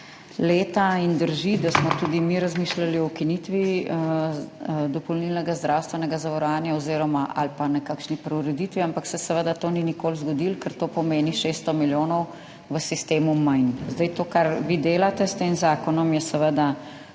leta in drži, da smo tudi mi razmišljali o ukinitvi dopolnilnega zdravstvenega zavarovanja ali pa nekakšni preureditvi, ampak se seveda to ni nikoli zgodilo, ker to pomeni 600 milijonov v sistemu manj. To, kar vi delate s tem zakonom, je seveda